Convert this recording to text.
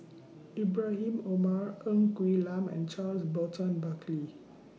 Ibrahim Omar Ng Quee Lam and Charles Burton Buckley